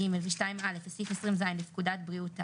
ו-(ג) ו-(2)(א) וסעיף 20ז לפקודת בריאות העם,